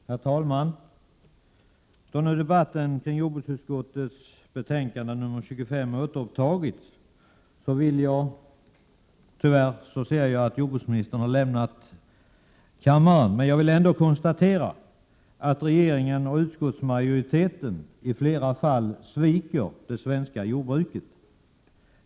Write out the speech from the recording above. Herr talman! Jag konstaterar att jordbruksministern tyvärr har lämnat kammaren. Men jag vill ändå när nu debatten om jordbruksutskottets betänkande 25 har återupptagits konstatera att regeringen och utskottsmajoriteten i flera fall sviker det svenska jordbruket.